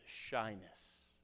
shyness